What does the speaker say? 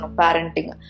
parenting